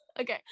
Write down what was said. okay